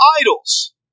idols